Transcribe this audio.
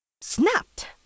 snapped